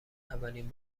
اولین